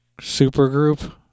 supergroup